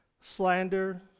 slander